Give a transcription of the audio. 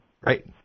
Right